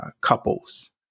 couples